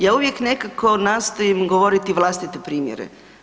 Ja uvijek nekako nastojim govoriti vlastite primjere.